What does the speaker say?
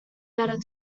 better